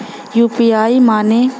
UPI माने?